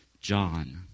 John